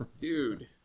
Dude